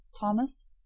Thomas